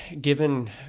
given